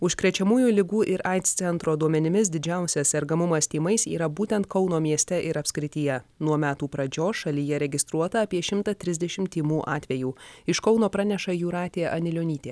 užkrečiamųjų ligų ir aids centro duomenimis didžiausias sergamumas tymais yra būtent kauno mieste ir apskrityje nuo metų pradžios šalyje registruota apie šimtą trisdešimt tymų atvejų iš kauno praneša jūratė anilionytė